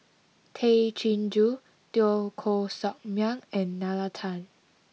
Tay Chin Joo Teo Koh Sock Miang and Nalla Tan